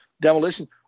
demolition